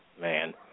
Man